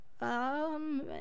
Um